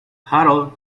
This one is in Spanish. harold